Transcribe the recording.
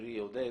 חברי עודד,